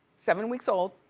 seven weeks old,